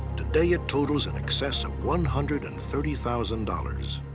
today it totals in excess of one hundred and thirty thousand dollars.